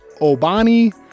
Obani